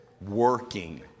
working